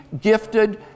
gifted